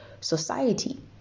society